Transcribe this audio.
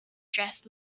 dress